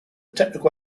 technical